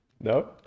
No